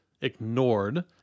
ignored